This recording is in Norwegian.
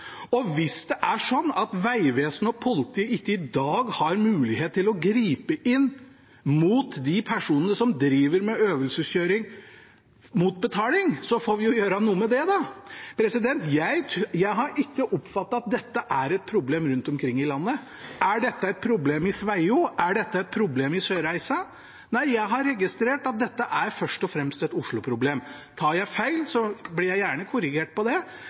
Og hvis det er sånn at Vegvesenet og politiet ikke i dag har mulighet til å gripe inn mot de personene som driver med ulovlig øvelseskjøring mot betaling, får vi vel gjøre noe med det, da. Jeg har ikke oppfattet at dette er et problem rundt omkring i landet. Er det et problem i Sveio? Er det et problem i Sørreisa? Nei, jeg har registrert at dette først og fremst er et Oslo-problem. Tar jeg feil, blir jeg gjerne korrigert på det,